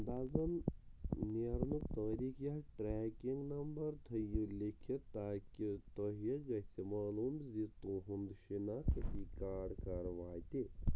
اَندازَن نیرنُک تٲریٖخ یا ٹرٛیکِنٛگ نمبر تھٲیِو لیٚکھِتھ تاکہ تۄہہِ گژھِ معلوٗم زِ تُہُنٛد شِناخَتی کاڈ کَر واتہِ